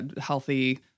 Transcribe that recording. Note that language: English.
healthy